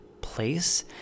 place